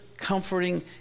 comforting